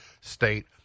state